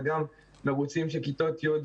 וגם מרוצים שכיתות ה'